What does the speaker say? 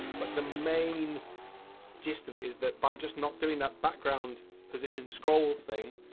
but the main gist of it is that by just not doing that background position scroll thing,